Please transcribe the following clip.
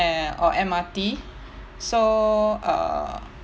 eh or M_R_T so err